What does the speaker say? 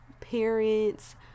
parents